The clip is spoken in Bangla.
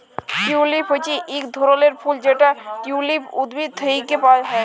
টিউলিপ হচ্যে এক ধরলের ফুল যেটা টিউলিপ উদ্ভিদ থেক্যে পাওয়া হ্যয়